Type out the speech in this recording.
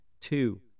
two